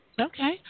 Okay